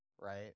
right